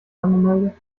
angemeldet